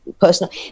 personal